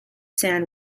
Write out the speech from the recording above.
san